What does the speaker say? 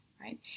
right